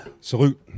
Salute